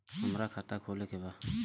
हमार खाता खोले के बा?